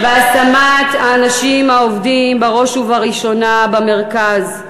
והשמת האנשים העובדים בראש ובראשונה במרכז.